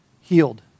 healed